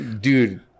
Dude